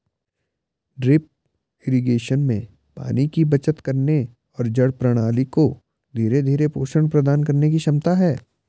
drip irrigation में पानी की बचत करने और जड़ प्रणाली को धीरे धीरे पोषण प्रदान करने की क्षमता है